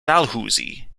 dalhousie